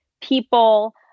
people